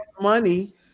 money